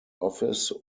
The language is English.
office